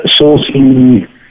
sourcing